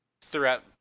throughout